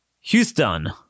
Houston